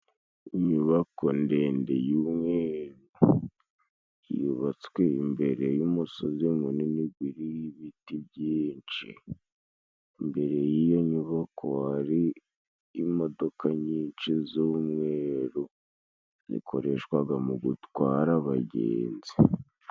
Inyubako ndende y'umweru yubatswe imbere y'umusozi munini guriho ibiti byinshi, imbere y'iyo nyubako hari imodoka nyinshi z'umweru, zikoreshwaga mu gutwara abagenzi.